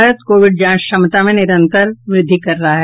Bharat Covid जांच क्षमता में निरंतर वृद्धि कर रहा है